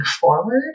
forward